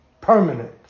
permanent